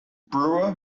brewer